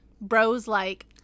Bros-like